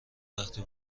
وقتی